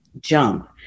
jump